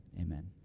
Amen